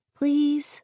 Please